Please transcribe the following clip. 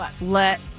let